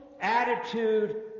attitude